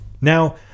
Now